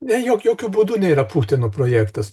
ne jok jokiu būdu nėra putino projektas